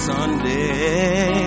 Sunday